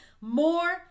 more